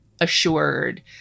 assured